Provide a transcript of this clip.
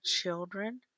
children